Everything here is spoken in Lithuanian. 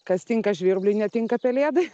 kas tinka žvirbliui netinka pelėdai